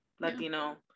latino